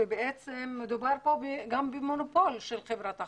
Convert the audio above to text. ובעצם מדובר פה גם במונופול של חברת החשמל.